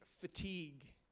fatigue